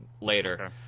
later